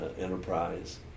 enterprise